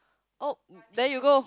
oh then you go